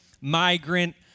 migrant